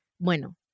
bueno